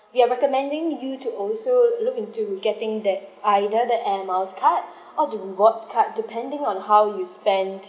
we are recommending you to also look into getting that either that air miles card or the rewards card depending on how you spend